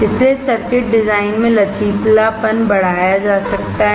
इसलिए circuit design में लचीलापन बढ़ाया जा सकता है